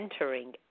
entering